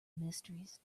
mysteries